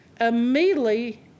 immediately